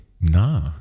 Nah